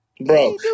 Bro